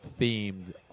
themed